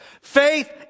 Faith